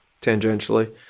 tangentially